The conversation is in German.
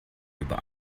über